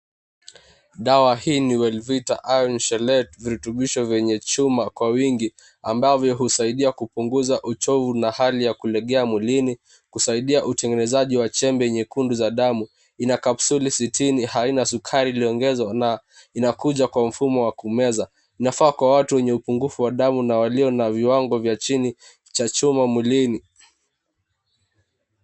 Dawa hii ni Wellvita Iron Chelate, virubitisho venye chuma kwa wingi ambavyo husaidia kupunguza uchovu na hali ya kulegea mwilini, kusaidia utengenezaji wa chembe nyekundu za damu. Ina capsuli sitini, haina sukari iliongezwa na inakuja kwa mfumo wa kumeza. Inafaa kwa watu wenye upungufu wa damu na walio na viwango vya chini cha chuma mwilini.